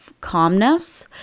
calmness